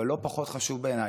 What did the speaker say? אבל לא פחות חשוב בעיניי,